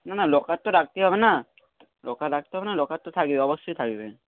না না লকার তো রাখতেই হবে না লকার রাখতে হবে না লকার তো থাকবে অবশ্যই থাকবে